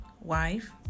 wife